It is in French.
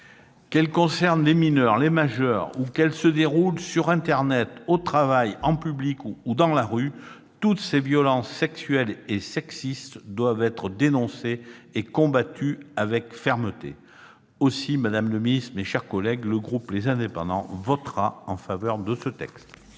Qu'elles concernent les mineurs ou les majeurs, qu'elles se déroulent sur internet, au travail, en public ou dans la rue, toutes les violences sexuelles et sexistes doivent être dénoncées et combattues avec fermeté. Aussi, madame la secrétaire d'État, mes chers collègues, le groupe Les Indépendants-République et